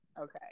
okay